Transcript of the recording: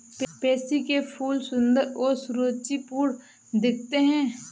pansy के फूल सुंदर और सुरुचिपूर्ण दिखते हैं